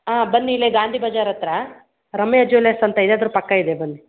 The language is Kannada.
ಹಾಂ ಬನ್ನಿ ಇಲ್ಲೇ ಗಾಂಧಿ ಬಜಾರ್ ಹತ್ರ ರಮ್ಯಾ ಜುವೆಲರ್ಸ್ ಅಂತ ಇದೆ ಅದ್ರ ಪಕ್ಕ ಇದೆ ಬನ್ನಿ